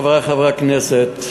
חברי חברי הכנסת,